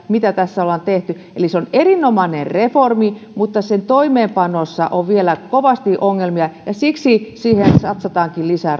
mitä tässä on tehty eli se on erinomainen reformi mutta sen toimeenpanossa on vielä kovasti ongelmia ja siksi siihen toimeenpanoon satsataankin lisää